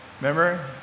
remember